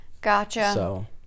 Gotcha